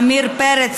עמיר פרץ,